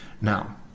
Now